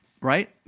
Right